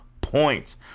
points